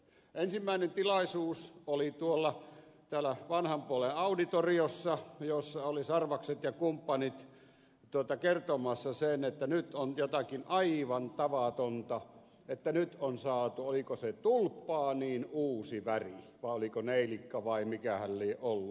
ensimmäinen tilaisuus oli täällä vanhan puolen auditoriossa jossa oli sarvakset ja kumppanit kertomassa sen että nyt on jotakin aivan tavatonta että nyt on saatu oliko se tulppaaniin uusi väri vai oliko neilikka vai mikähän lie ollut